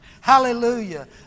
Hallelujah